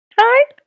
Hi